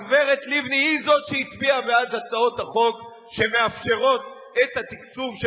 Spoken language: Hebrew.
הגברת לבני היא זאת שהצביעה בעד הצעות החוק שמאפשרות את התקצוב של